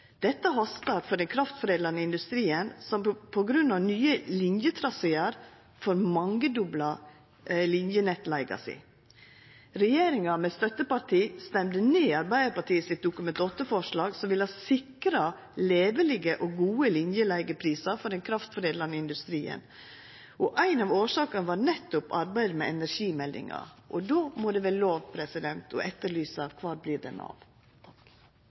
Dette hastar for den kraftkrevjande industrien, som på grunn av nye linjetrasear får mangedobla linjenettleiga si. Regjeringa med støttepartia stemde ned Arbeidarpartiet sitt Dokument 8-forslag, som ville ha sikra levelege og gode linjeleigeprisar for den kraftforedlande industrien. Ei av årsakene var nettopp arbeidet med energimeldinga, og då må det vera lov å etterlysa kvar den vert av.